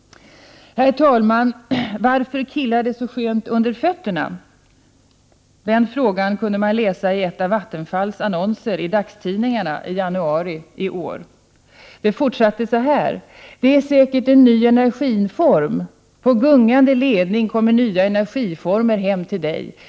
Herr talman! ”Varför killar det så skönt under fötterna?” Den frågan kunde man läsa i en av Vattenfalls annonser i dagstidningarna i januari i år. Den fortsatte så här: ”Det är säkert en ny energiform. På gungande ledningar kommer nya energiformer hem till dig.